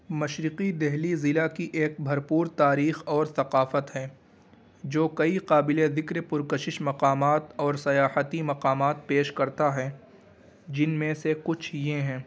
مشرقی دہلی ضلع کی ایک بھرپور تاریخ اور ثقافت ہیں جو کئی قابل ذکر پرکشش مقامات اور سیاحتی مقامات پیش کرتا ہیں جن میں سے کچھ یہ ہیں